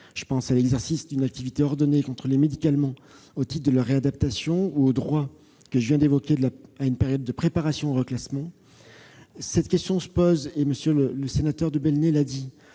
Je pense ainsi à l'exercice d'une activité ordonnée et contrôlée médicalement au titre de la réadaptation ou au droit, que je viens d'évoquer, à une période de préparation au reclassement. Cette question se pose- et M. de Belenet l'a